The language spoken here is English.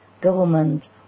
government